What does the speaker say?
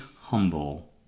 humble